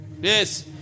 Yes